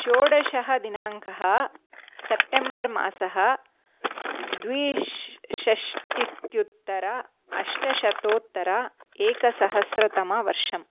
षोडशदिनाङ्कः सप्टेंबर् मासः द्विष् द्विषष्टित्युत्तर अष्टशतोत्तर एकसहस्रतमवर्षं